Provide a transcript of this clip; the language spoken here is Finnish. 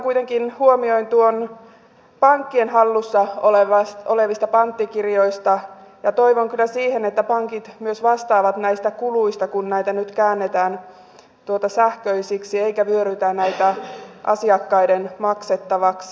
kuitenkin huomioin nuo pankkien hallussa olevat panttikirjat ja toivon kyllä niihin liittyen että pankit myös vastaavat näistä kuluista kun näitä nyt käännetään sähköisiksi eivätkä vyörytä näitä asiakkaiden maksettavaksi